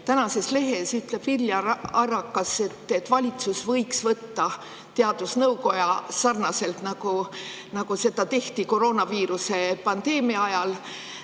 Tänases lehes ütleb Viljar Arakas, et valitsus võiks [moodustada] teadusnõukoja, samamoodi nagu seda tehti koroonaviiruse pandeemia ajal.